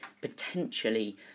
potentially